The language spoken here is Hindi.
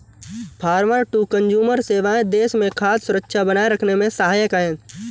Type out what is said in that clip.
फॉर्मर टू कंजूमर सेवाएं देश में खाद्य सुरक्षा बनाए रखने में सहायक है